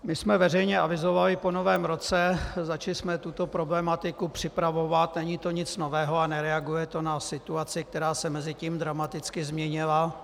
My jsme veřejně avizovali po Novém roce začali jsme tuto problematiku připravovat, není to nic nového a nereaguje to na situaci, která se mezitím dramaticky změnila.